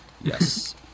Yes